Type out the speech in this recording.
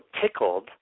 tickled